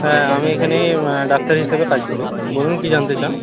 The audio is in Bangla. হ্যাঁ আমি এখানে ডাক্তার হিসাবে কাজ করি বলুন কী জানতে চান